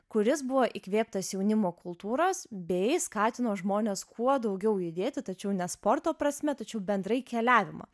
kuris buvo įkvėptas jaunimo kultūros bei skatino žmones kuo daugiau judėti tačiau ne sporto prasme tačiau bendrai keliavimą